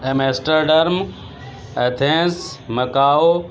Amsterdam Athens Macau